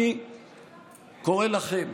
אני קורא לכם,